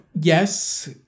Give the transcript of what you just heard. yes